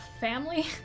family